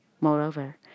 Moreover